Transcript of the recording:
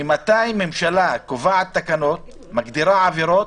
ממתי הממשלה קובעת תקנות, מגדירה עבירות,